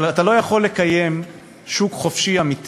אבל אתה לא יכול לקיים שוק חופשי אמיתי